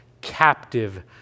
captive